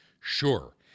Sure